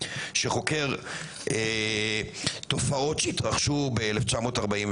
שחוקר תופעות שהתרחשו ב-1948,